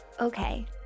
Okay